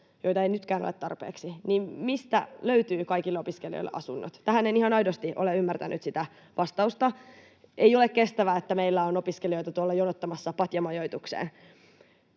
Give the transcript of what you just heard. joita ei nytkään ole tarpeeksi, niin mistä löytyvät kaikille opiskelijoille asunnot? En ihan aidosti ole ymmärtänyt sitä vastausta tähän. Ei ole kestävää, että meillä on opiskelijoita tuolla jonottamassa patjamajoitukseen.